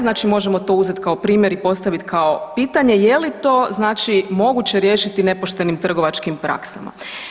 Znači možemo to uzeti kao primjer i postavit kao pitanje je li to znači moguće riješiti nepoštenim trgovačkim praksama.